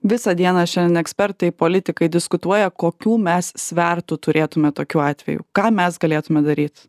visą dieną šiandien ekspertai politikai diskutuoja kokių mes svertų turėtume tokiu atveju ką mes galėtume daryt